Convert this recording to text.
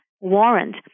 warrant